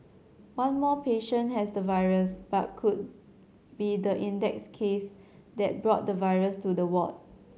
one more patient has the virus but could be the index case that brought the virus to the ward